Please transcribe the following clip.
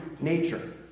nature